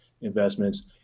investments